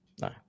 No